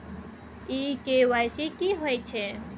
इ के.वाई.सी की होय छै?